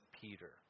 Peter